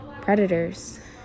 predators